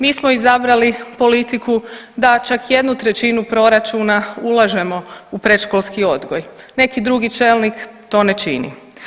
Mi smo izabrali politiku da čak 1/3 proračuna ulažemo u predškolski odgoj, neki drugi čelnik to ne čini.